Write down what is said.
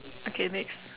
okay next